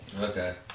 Okay